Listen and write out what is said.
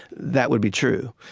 that would be true.